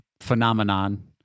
phenomenon